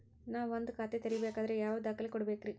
ನಾನ ಒಂದ್ ಖಾತೆ ತೆರಿಬೇಕಾದ್ರೆ ಯಾವ್ಯಾವ ದಾಖಲೆ ಕೊಡ್ಬೇಕ್ರಿ?